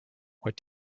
what